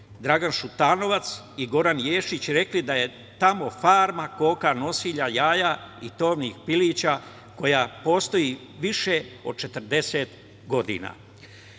Dragan Šutanovac i Goran Ješić rekli da je tamo farma koka nosilja i jaja, i tovnih pilića koja postoji više od 40 godina.